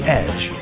edge